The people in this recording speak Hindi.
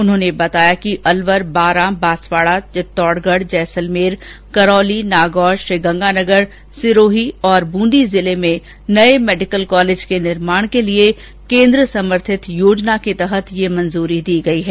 उन्होंने बताया कि अलवर बारा बांसवाडा चित्तौडगढ जैसलमेर करौली नागौर श्रीगंगानगर सिरोही और बूंदी जिले में नये मेडिकल कॉलेज के निर्माण के लिए केन्द्र समर्थित योजना के तहत ये मंजूरी दी गई है